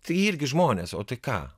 tai irgi žmonės o tai ką